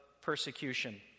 persecution